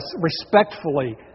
respectfully